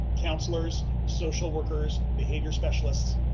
counselors, social workers, behavior specialists,